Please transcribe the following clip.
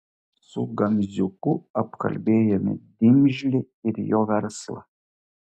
su gamziuku apkalbėjome dimžlį ir jo verslą